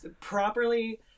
properly